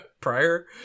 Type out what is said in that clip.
prior